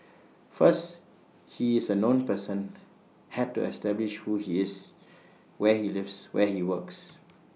first he is A known person had to establish who he is where he lives where he works